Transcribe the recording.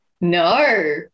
No